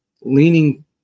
leaning